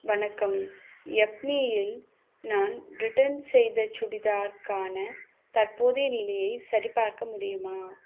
வணக்கம் யப்மீயில் நான் ரிட்டர்ன் செய்த சுடிதாருக்கான தற்போதைய நிலையை சரிபார்க்க முடியுமா